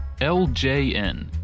LJN